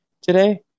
today